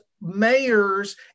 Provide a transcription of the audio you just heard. mayors